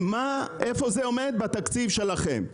איפה זה עומד בתקציב שלכם?